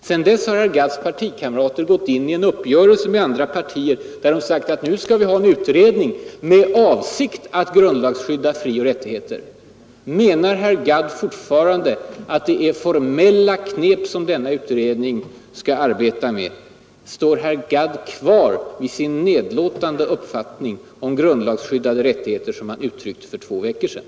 Sedan dess har herr Gadds partikamrater gått in i en uppgörelse med andra partier och sagt: nu skall vi tillsätta en utredning i syfte att grundlagsskydda frioch rättigheter. Menar herr Gadd fortfarande att det är ”formella knep” som denna utredning skall arbeta med? Står herr Gadd kvar vid denna nedlåtande uppfattning om grundlagsskyddade rättigheter som han uttryckte för två veckor sedan?